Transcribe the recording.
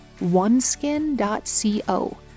oneskin.co